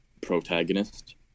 protagonist